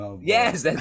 yes